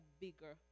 bigger